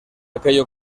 aquello